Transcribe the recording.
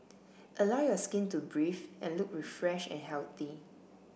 allow your skin to breathe and look refreshed and healthy